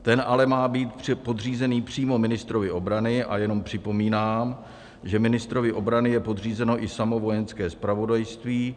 Ten ale má být podřízený přímo ministrovi obrany a jenom připomínám, že ministrovi obrany je podřízeno i samo Vojenské zpravodajství.